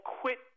quit